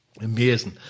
Amazing